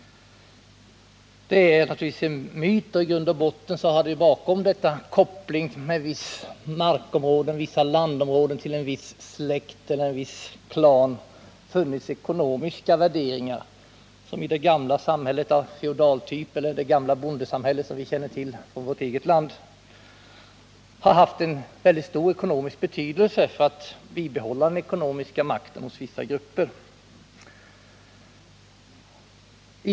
Bakom denna koppling mellan vissa landområden och en viss släkt eller en viss klan har funnits ekonomiska värderingar, som i det gamla samhället av feodal typ, eller i det gamla bondesamhälle som vi känner till från vårt eget land, har haft en väldig ekonomisk betydelse för bibehållandet av den ekonomiska makten hos vissa grupper.